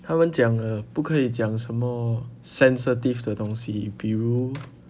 他们讲 err 不可以讲什么 sensitive 的东西比如